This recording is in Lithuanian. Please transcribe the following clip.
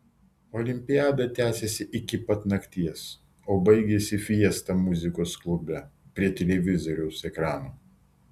olimpiada tęsėsi iki pat nakties o baigėsi fiesta muzikos klube prie televizoriaus ekrano